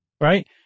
Right